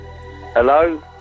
Hello